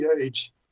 age